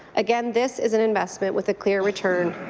again, this is an investment with a clear return.